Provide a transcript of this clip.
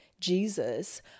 Jesus